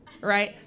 right